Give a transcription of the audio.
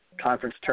conference